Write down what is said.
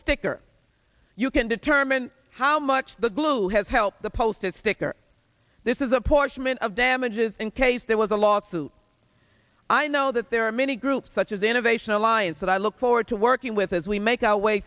sticker you can determine how much the glue has helped the postage sticker this is apportionment of damages in case there was a lawsuit i know that there are many groups such as the innovation alliance that i look forward to working with as we make our way